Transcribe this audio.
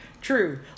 True